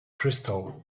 crystal